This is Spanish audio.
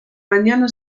mañana